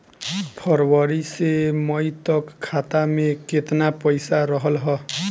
फरवरी से मई तक खाता में केतना पईसा रहल ह?